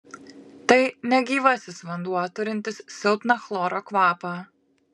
tai negyvasis vanduo turintis silpną chloro kvapą